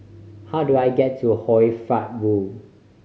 how do I get to Hoy Fatt Road